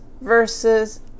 versus